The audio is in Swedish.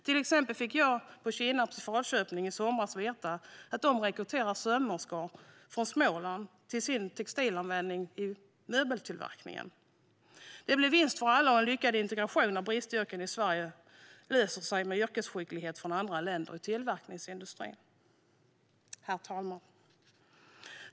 Till exempel fick jag på besök på Kinnarps i Falköping i somras veta att de rekryterar sömmerskor från Småland till sin textilavdelning i möbeltillverkningen. Det blir vinst för alla och en lyckad integration. Brist på arbetskraft i tillverkningsindustrin i Sverige löses med yrkesskicklighet från andra länder. Herr talman!